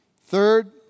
Third